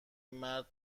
مرد